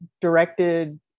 directed